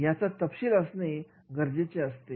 याचा तपशील असणे गरजेचे असते